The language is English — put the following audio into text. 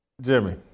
Jimmy